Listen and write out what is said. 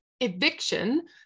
Eviction